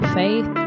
faith